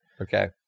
Okay